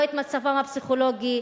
לא את מצבם הפסיכולוגי,